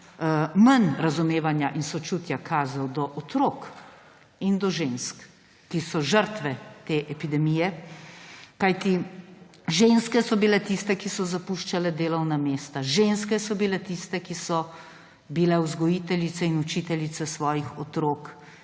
manj razumevanja in sočutja do otrok in do žensk, ki so žrtve te epidemije. Kajti ženske so bile tiste, ki so zapuščale delovna mesta, ženske so bile tiste, ki so bile vzgojiteljice in učiteljice svojih otrok